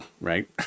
right